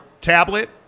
tablet